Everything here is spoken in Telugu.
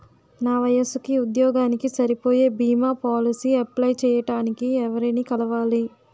నా వయసుకి, ఉద్యోగానికి సరిపోయే భీమా పోలసీ అప్లయ్ చేయటానికి ఎవరిని కలవాలి?